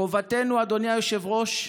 חובתנו, אדוני היושב-ראש,